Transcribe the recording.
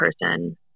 person